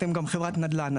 אתם גם חברת נדל"ן.